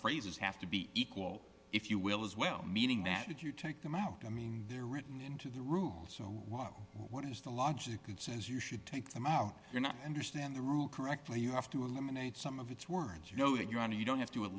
phrases have to be equal if you will as well meaning that if you take them out i mean they're written into the rules so what is the logic that says you should take them out you're not understand the rule correctly you have to eliminate some of it's words you know that you want to you don't have to